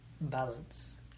balance